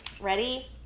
Ready